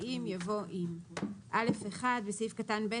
ואם" יבוא "אם"; (א1)בסעיף קטן (ב),